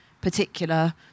particular